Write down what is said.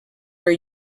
are